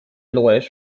lawyers